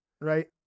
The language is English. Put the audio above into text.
Right